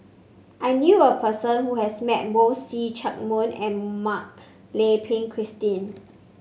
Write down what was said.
I knew a person who has met both See Chak Mun and Mak Lai Peng Christine